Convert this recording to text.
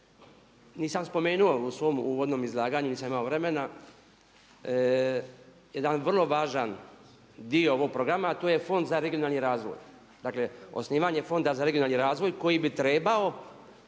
Nisam spomenuo u svom uvodnom izlaganju, nisam imao vremena jedan vrlo važan dio ovog programa, a to je Fond za regionalni razvoj. Dakle, osnivanje Fonda za regionalni razvoj koji bi trebao